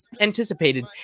anticipated